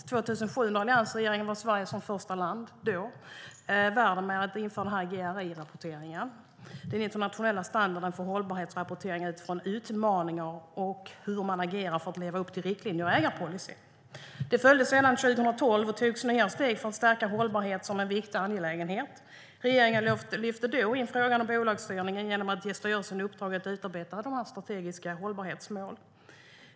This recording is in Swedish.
År 2007 var Sverige under alliansregeringen första land i världen att införa GRI-rapporteringen, den internationella standarden för hållbarhetsrapportering utifrån utmaningar och hur man agerar för att leva upp till riktlinjer och ägarpolicy. Det följdes 2012 av att det togs nya steg för att stärka hållbarhet som en viktig angelägenhet. Regeringen lyfte då in frågan om bolagsstyrningen genom att ge styrelsen i uppdrag att utarbeta strategiska hållbarhetsmål.